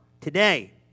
Today